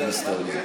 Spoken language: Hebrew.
לך.